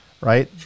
right